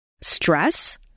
stress